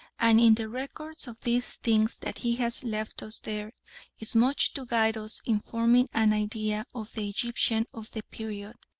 and in the records of these things that he has left us there is much to guide us in forming an idea of the egyptian of the period,